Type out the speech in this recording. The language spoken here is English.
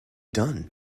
done